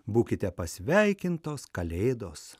būkite pasveikintos kalėdos